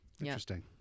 Interesting